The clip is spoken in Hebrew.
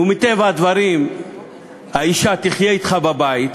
ומטבע הדברים האישה תחיה אתך בבית,